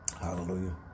Hallelujah